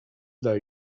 dla